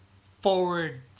forward